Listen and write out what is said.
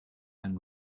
and